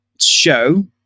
show